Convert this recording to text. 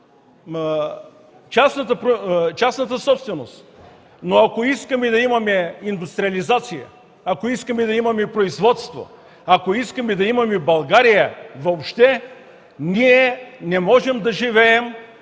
частната собственост, но ако искаме да имаме индустриализация, ако искаме да имаме производство, ако искаме да имаме България въобще, ние не можем да живеем